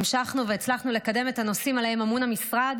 המשכנו והצלחנו לקדם את הנושאים שעליהם אמון המשרד,